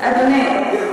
אדוני,